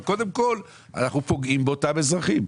אבל קודם כל אנחנו פוגעים באותם אזרחים.